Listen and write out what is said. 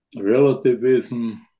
relativism